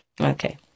Okay